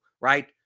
right